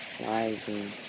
rising